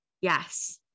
yes